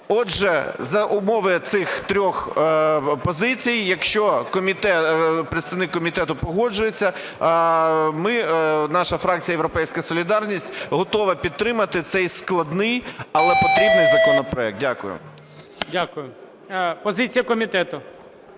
Отже, за умови цих трьох позицій, якщо представник комітету погоджується, наша фракція "Європейська солідарність" готова підтримати цей складний, але потрібний законопроект. Дякую. ГОЛОВУЮЧИЙ. Дякую. Позиція комітету.